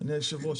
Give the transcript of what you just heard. אדוני היושב ראש,